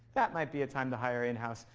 that might be a time to hire in house.